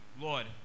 Lord